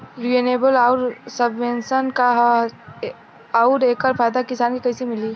Renewable आउर subvention का ह आउर एकर फायदा किसान के कइसे मिली?